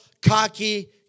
cocky